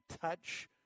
touch